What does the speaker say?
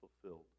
fulfilled